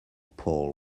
pole